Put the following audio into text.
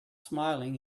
smiling